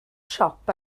siop